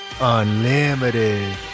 unlimited